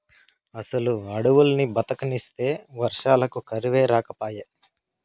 అసలు అడవుల్ని బతకనిస్తే వర్షాలకు కరువే రాకపాయే